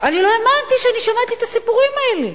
אני לא האמנתי שאני שומעת את הסיפורים האלה.